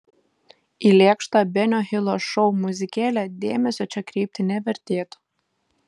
į lėkštą benio hilo šou muzikėlę dėmesio čia kreipti nevertėtų